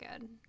good